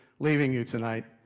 leaving you tonight.